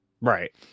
Right